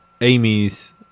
Amy's